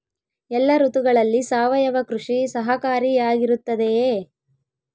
ಎಲ್ಲ ಋತುಗಳಲ್ಲಿ ಸಾವಯವ ಕೃಷಿ ಸಹಕಾರಿಯಾಗಿರುತ್ತದೆಯೇ?